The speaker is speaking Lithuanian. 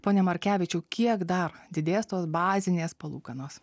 pone markevičiau kiek dar didės tos bazinės palūkanos